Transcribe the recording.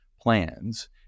plans